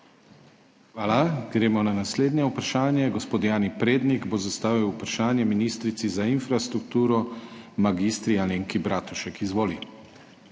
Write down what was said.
Hvala. Gremo na naslednje vprašanje. Gospod Jani Prednik bo zastavil vprašanje ministrici za infrastrukturo mag. Alenki Bratušek. Izvoli.